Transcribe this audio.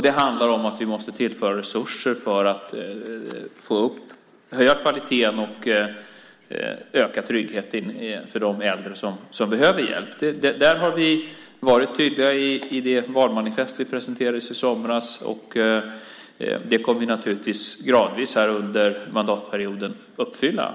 Det handlar också om att vi måste tillföra resurser för att höja kvaliteten och öka tryggheten för de äldre som behöver hjälp. Där har vi varit tydliga i det valmanifest vi presenterade i somras. Detta kommer vi gradvis att uppfylla under mandatperioden.